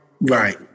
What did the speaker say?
Right